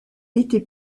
été